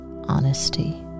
honesty